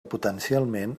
potencialment